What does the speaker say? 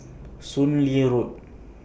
Soon Lee Road